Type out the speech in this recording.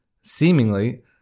seemingly